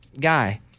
guy